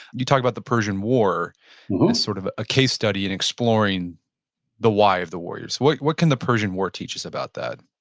you talk about the persian war as sort of a case study in exploring the why of the warrior. what what can the persian war teach us about that?